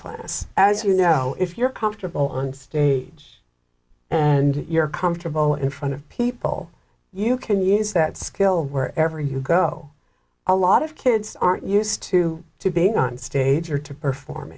class as you know if you're comfortable on stage and you're comfortable in front of people you can use that skill where ever you go a lot of kids aren't used to being on stage or to perform